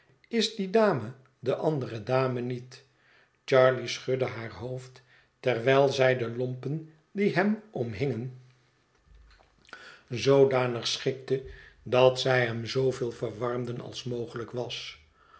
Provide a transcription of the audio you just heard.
is die dame de andere dame niet charley schudde haar hoofd terwijl zij de lompen die hem omhingen zoodanig schikte dat zij hem zooveel verwarmden als mogelijk was